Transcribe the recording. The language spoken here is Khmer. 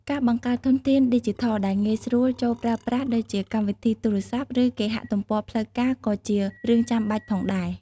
ការបង្កើតធនធានឌីជីថលដែលងាយស្រួលចូលប្រើប្រាស់ដូចជាកម្មវិធីទូរស័ព្ទឬគេហទំព័រផ្លូវការក៏ជារឿងចាំបាច់ផងដែរ។